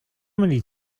many